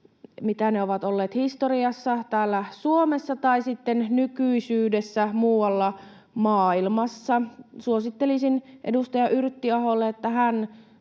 mitä ne ovat olleet historiassa täällä Suomessa tai sitten nykyisyydessä muualla maailmassa. Suosittelisin edustaja Yrttiaholle, että hän